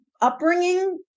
upbringing